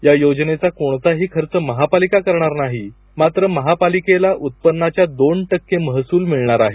या योजनेचा कोणताही खर्च महापालिका करणार नाही मात्र महापालिकेला उत्पन्नाच्या दोन टक्के महसूल मिळणार आहे